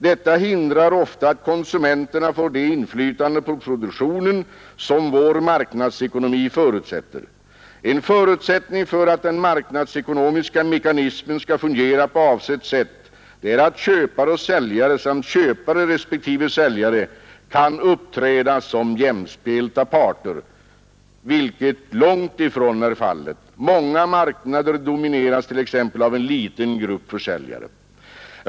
Detta förhindrar ofta att konsumenterna får det inflytande på produktionen som vår marknadsekonomi förutsätter.” Nagot tidigare heter det i motionen: ”En förutsättning för att den marknadsekonomiska mekanismen skall fungera på avsett sätt är emellertid samtidigt att köpare och säljare samt köpare resp. säljare inbördes kan uppträda som jämspelta parter, vilket långtifrån alltid är fallet. Många marknader domineras t.ex. av en liten grupp säljare.